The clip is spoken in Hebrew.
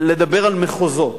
לדבר על מחוזות,